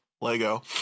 Lego